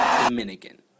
Dominican